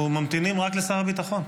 אנחנו ממתינים רק לשר הביטחון.